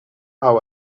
how